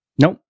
Nope